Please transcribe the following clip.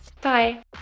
Bye